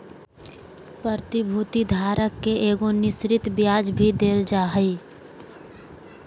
प्रतिभूति धारक के एगो निश्चित ब्याज भी देल जा हइ